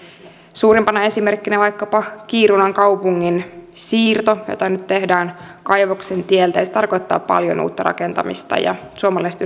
suurimpana esimerkkinä on vaikkapa kiirunan kaupungin siirto jota nyt tehdään kaivoksen tieltä ja se tarkoittaa paljon uutta rakentamista suomalaiset